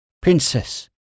princess